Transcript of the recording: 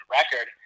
record